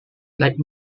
like